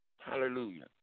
Hallelujah